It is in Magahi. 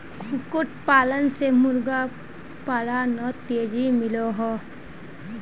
कुक्कुट पालन से मुर्गा पालानोत तेज़ी मिलोहो